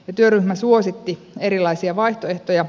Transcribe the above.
työryhmä suositti erilaisia vaihtoehtoja